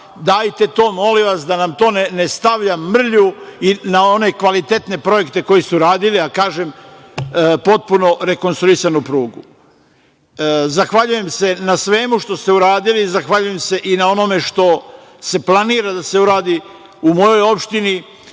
Dajte to, molim vas, da nam to ne stavlja mrlju na one kvalitetne projekte koji su radili, potpuno rekonstruisanu prugu. Zahvaljujem se na svemu što ste uradili. Zahvaljujem se i na onome što se planira da se uradi u mojoj opštini,